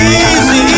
easy